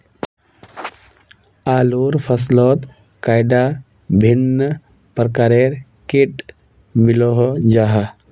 आलूर फसलोत कैडा भिन्न प्रकारेर किट मिलोहो जाहा?